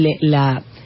la